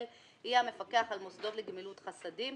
יהיה המפקח על מוסדות לגמילות חסדים,